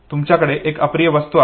तुमच्याकडे एक अप्रिय वस्तू आहे